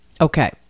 Okay